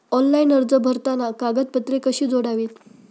Online अर्ज भरताना कागदपत्रे कशी जोडावीत?